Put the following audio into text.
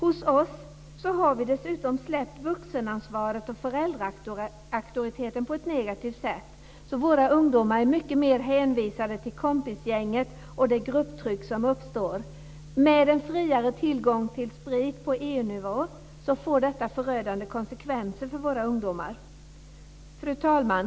Vi har hos oss dessutom släppt ifrån oss vuxenansvaret och föräldraauktoriteten på ett negativt sätt. Våra ungdomar är numera mycket mera hänvisade till kompisgänget och det grupptryck som där uppstår. Att härutöver ge våra ungdomar friare tillgång till sprit på EU-nivå får förödande konsekvenser för dem. Fru talman!